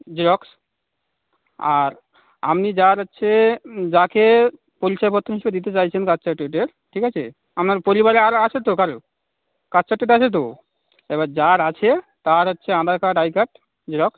xerox আর আপনি যার হচ্ছে যাকে পরিচয়পত্র কিছু দিতে চাইছেন বার্থ সার্টিফিকেটের ঠিক আছে আপনার পরিবারে আর আছে তো কারো কাস্ট সার্টিফিকেট আছে তো এবার যার আছে তার হচ্ছে Aadhaar card I card xerox